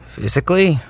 Physically